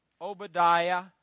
Obadiah